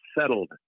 settled